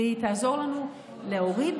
והיא תעזור לנו להוריד